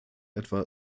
etwa